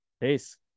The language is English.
peace